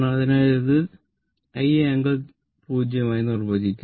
അതിനാൽ ഇത് I angle 0 ആയി നിർവചിക്കാം